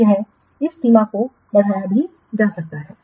तो या इस सीमा को बढ़ाया भी जा सकता है